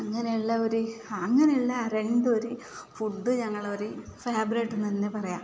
അങ്ങനെ ഉള്ളവര് അങ്ങനെ ഉള്ള രണ്ടും ഒരു ഫുഡ് ഞങ്ങളൊര് ഫേവറേറ്റ് എന്ന് തന്നെ പറയാം